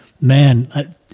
Man